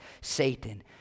Satan